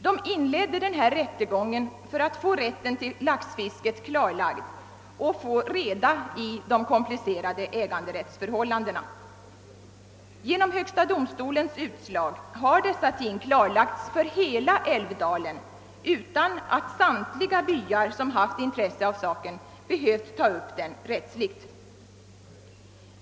De inledde rättegången för att få rätten till laxfisket klarlagd och få reda i de komplicerade äganderättsförhållandena. Genom högsta domstolens utslag har dessa ting klarlagts för hela älvdalen utan att samtliga byar som haft intresse av saken behövt ta upp den rättsligt.